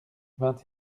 vingt